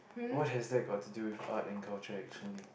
what has that got to do if art and culture actually